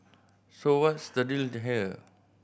so what's the deal to here